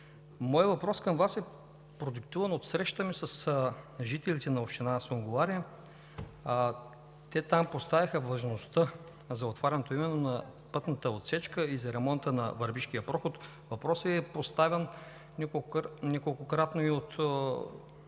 Моят въпрос към Вас е продиктуван от срещата ми с жителите на община Сунгурларе. Те там поставиха важността именно за отварянето на пътната отсечка и за ремонта на Върбишкия проход. Въпросът е поставян неколкократно и от